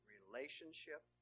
Relationship